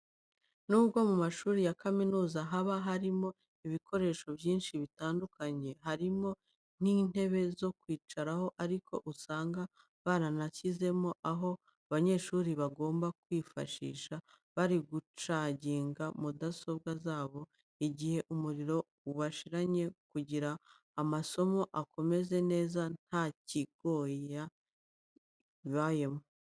Nubwo mu mashuri ya kaminuza haba harimo ibikoresho byinshi bitandukanye, harimo nk'intebe zo kwicaraho, ariko usanga baranashyizemo aho abanyeshuri bagomba kwifashisha bari gucaginga mudasobwa zabo igihe umuriro ubashiranye kugira amasomo akomeze neza nta kirogoya ibayemo.